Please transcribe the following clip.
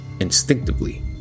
instinctively